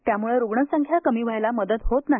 त्यामुळे रुग्णसंख्या कमी व्हायला मदत होत नाही